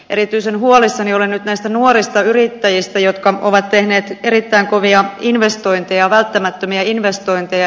erityisen huolissani olen nyt näistä nuorista yrittäjistä jotka ovat tehneet erittäin kovia välttämättömiä investointeja